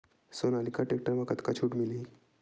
Sonalika tractor म कतका छूट मिलही?